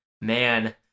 man